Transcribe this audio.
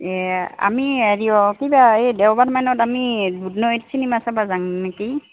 এই আমি হেৰি অঁ কিবা এই দেওবাৰ মানত আমি দুধনৈত চিনেমা চাবা যাং নেকি